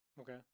Okay